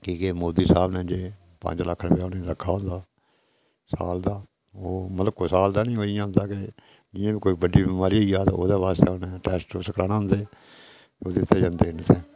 की के मोदी साह्ब नै जे पंज लक्ख रपेआ उ'नें गी रक्खे दा होंदा साल दा ओह् साल दा निं ओह् इ'यां होंदा के कोई बड्डी बमारी होई जा ते ओह्दे आस्तै टैस्ट कराने होंदे ओह्दे आस्तै होंदे